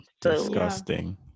disgusting